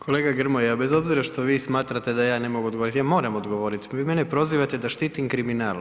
Kolega Grmoja, bez obzira što vi smatrate da ja ne mogu odgovoriti, ja moram odgovoriti, vi mene prozivate da štitim kriminal.